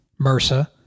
MRSA